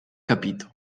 capito